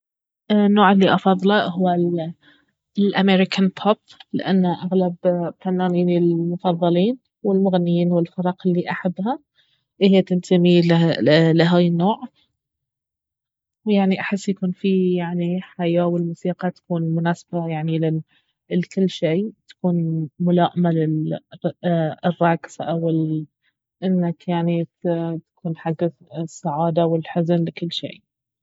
النوع الي افضله هو الامريكان بوب لان اغلب فنانيني المفضلين والمغنيين والفرق الي احبها اهي تنتمي لهاي النوع ويعني احسن يكون فيه يعني حياة والموسيقى يعني تكون مناسبة لكل شي تكون ملائمة للرقص او انك يعني تكون حق السعادة والحزن وكل شي